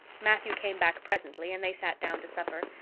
matthew came back presently and they sat down to supper.